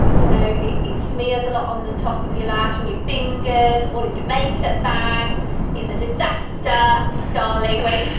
ah you know it smears a lot on the top of your lash, on and your fingers, all in your makeup bag it's a disaster, darling, waiting to